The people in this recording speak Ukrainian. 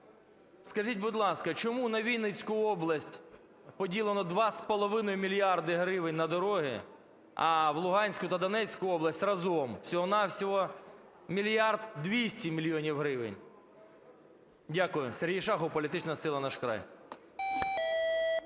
Скажіть, будь ласка, чому на Вінницьку область поділено два з половиною мільярди гривень на дороги, а в Луганську та Донецьку область разом всього-на-всього мільярд 200 мільйонів гривень? Дякую. Сергій Шахов, політична сила "Наш край".